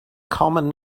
common